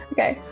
Okay